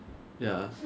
I think uh